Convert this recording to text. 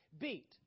beat